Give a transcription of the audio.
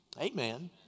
Amen